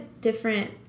different